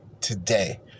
today